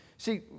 See